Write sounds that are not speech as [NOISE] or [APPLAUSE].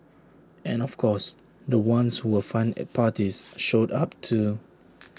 and of course the ones [NOISE] who were fun at parties showed up too